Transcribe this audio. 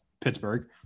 Pittsburgh